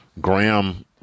Graham